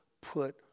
put